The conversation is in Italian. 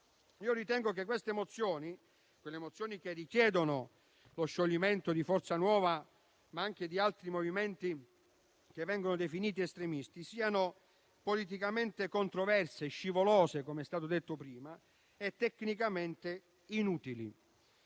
ritengo che le mozioni che chiedono lo scioglimento di Forza Nuova e di altri movimenti che vengono definiti estremisti siano politicamente controverse e scivolose - come è stato